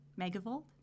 Megavolt